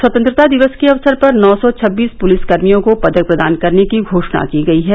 स्वतंत्रता दिवस के अवसर पर नौ सौ छब्बीस पुलिसकर्मियों को पदक प्रदान करने की घोषणा की गई है